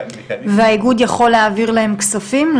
והאיגוד יכול להעביר להם כספים?